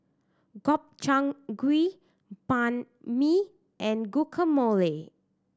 Gobchang Gui Banh Mi and Guacamole